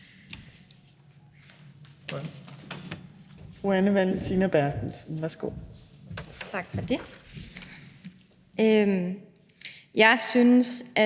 Tak for det.